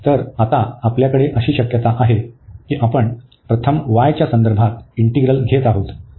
तर आता आपल्याकडे अशी शक्यता आहे की आपण प्रथम y च्या संदर्भात इंटीग्रल घेत आहोत